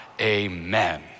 Amen